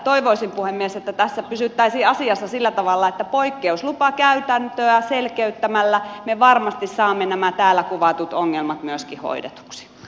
toivoisin puhemies että tässä pysyttäisiin asiassa sillä tavalla että poikkeuslupakäytäntöä selkeyttämällä me varmasti saamme myöskin nämä täällä kuvatut ongelmat hoidetuksi